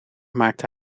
maakte